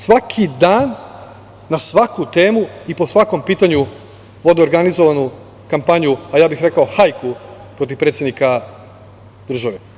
Svaki dan, na svaku temu i po svakom pitanju, vode organizovanu kampanju, a ja bih rekao i to „hajku“ protiv predsednika države.